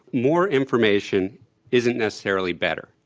more information isn't necessarily better.